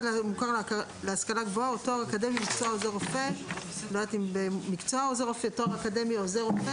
10. עוזר רופא (1)תואר אקדמי שני עוזר רופא